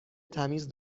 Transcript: تمیز